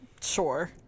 Sure